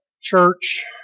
church